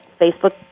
Facebook